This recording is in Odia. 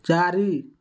ଚାରି